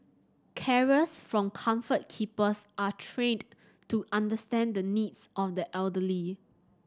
carers from Comfort Keepers are trained to understand the needs of the elderly